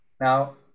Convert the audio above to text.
Now